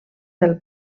del